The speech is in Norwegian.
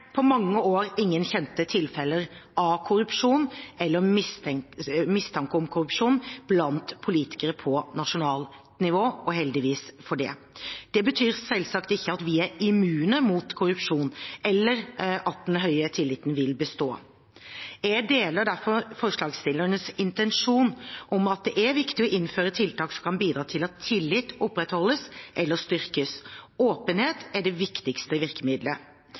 på mange år ingen kjente tilfeller av korrupsjon eller mistanker om korrupsjon blant politikere på nasjonalt nivå – og heldigvis for det. Det betyr selvsagt ikke at vi er immune mot korrupsjon, eller at den høye tilliten vil bestå. Jeg deler derfor forslagsstillernes intensjon om at det er viktig å innføre tiltak som kan bidra til at tillit opprettholdes eller styrkes. Åpenhet er det viktigste virkemiddelet.